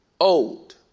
old